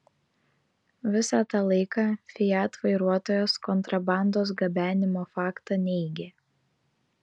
visą tą laiką fiat vairuotojas kontrabandos gabenimo faktą neigė